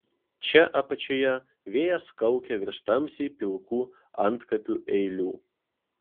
čia apačioje vėjas kaukia virš tamsiai pilkų antkapių eilių